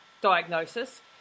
diagnosis